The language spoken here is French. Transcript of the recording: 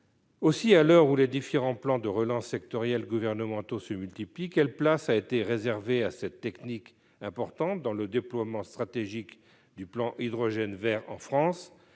Aussi, à l'heure où les différents plans sectoriels de relance gouvernementaux se multiplient, quelle est la place réservée à cette technique importante dans le déploiement stratégique du plan hydrogène vert en France ?